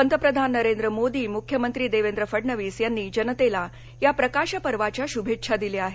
पंतप्रधान नरेंद्र मोदी मुख्यमंत्री देवेंद्र फडणवीस यांनी जनतेला या प्रकाश पर्वाच्या शुभेच्छा दिल्या आहेत